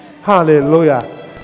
Hallelujah